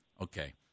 okay